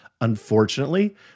Unfortunately